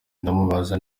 ndamubaza